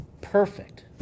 perfect